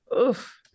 Oof